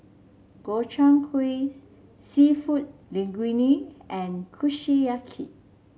Gobchang Gui seafood Linguine and Kushiyaki